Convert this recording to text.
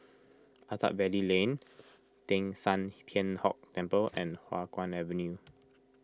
Attap Valley Lane Teng San Tian Hock Temple and Hua Guan Avenue